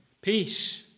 peace